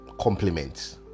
compliments